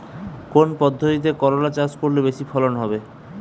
কোন পদ্ধতিতে করলা চাষ করলে বেশি ফলন হবে?